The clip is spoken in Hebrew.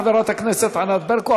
חברת הכנסת ענת ברקו,